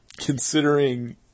considering